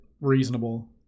reasonable